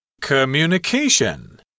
Communication